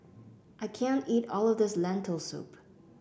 I can't eat all of this Lentil Soup